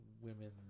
women